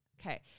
okay